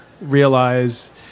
realize